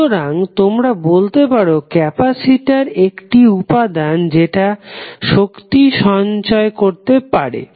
সুতরাং তোমরা বলতে পারো ক্যাপাসিটর একটি উপাদান যেটা শক্তি সঞ্চয় করতে পারে